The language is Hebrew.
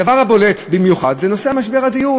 הדבר הבולט במיוחד זה נושא משבר הדיור,